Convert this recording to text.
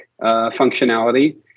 functionality